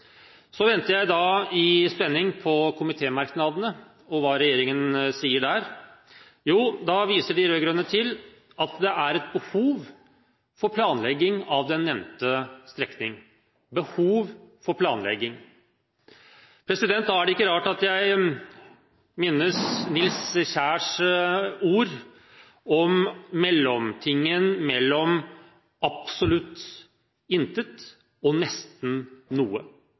Så venter jeg da i spenning på komitémerknadene og hva regjeringen sier der. Da viser de rød-grønne til at det er behov for planlegging av den nevnte strekningen – behov for planlegging. Da er det ikke rart at jeg minnes Nils Kjærs ord om mellomveien «mellem næsten noget og absolut intet».